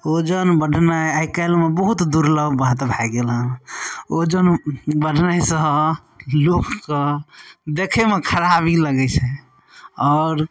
वजन बढनाइ आइकाल्हिमे बहुत दुर्लभ बात भए गेल हँ वजन बढनाइसँ लोकके देखयमे खराबी लगय छै आओर